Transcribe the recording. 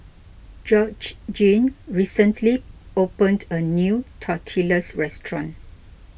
Georgene recently opened a new Tortillas restaurant